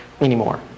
anymore